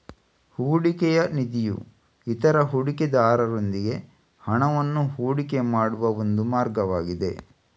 ಹೂಡಿಕೆಯ ನಿಧಿಯು ಇತರ ಹೂಡಿಕೆದಾರರೊಂದಿಗೆ ಹಣವನ್ನ ಹೂಡಿಕೆ ಮಾಡುವ ಒಂದು ಮಾರ್ಗವಾಗಿದೆ